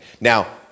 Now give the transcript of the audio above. Now